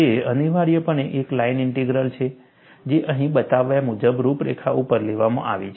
તે અનિવાર્યપણે એક લાઇન ઇન્ટિગ્રલ છે જે અહીં બતાવ્યા મુજબ રૂપરેખા ઉપર લેવામાં આવી છે